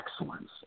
excellence